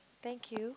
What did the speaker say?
thank you